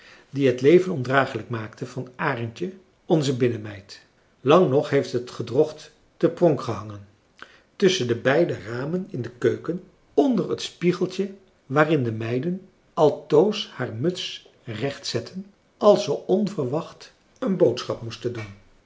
die het leven ondragelijk maakte van arendje onze binnenmeid lang nog heeft het gedrocht te pronk françois haverschmidt familie en kennissen gehangen tusschen de beide ramen in de keuken onder het spiegeltje waarin de meiden altoos haar muts terechtzetten als ze onverwacht een boodschap moesten